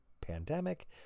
pandemic